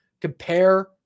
compare